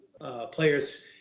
players